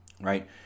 Right